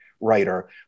writer